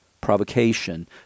provocation